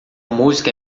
música